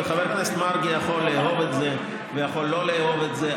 וחבר הכנסת מרגי יכול לאהוב את זה ויכול לא לאהוב את זה,